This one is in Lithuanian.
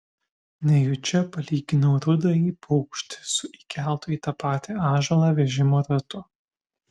nejučia palyginau rudąjį paukštį su įkeltu į tą patį ąžuolą vežimo ratu